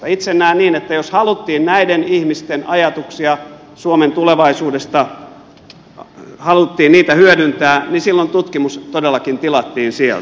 itse näen niin että jos haluttiin näiden ihmisten ajatuksia suomen tulevaisuudesta hyödyntää niin silloin tutkimus todellakin tilattiin sieltä